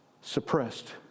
suppressed